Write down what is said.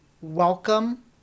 welcome